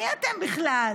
מי אתם בכלל?